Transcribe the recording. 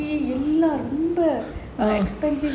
எல்லா ரொம்ப:ellaa romba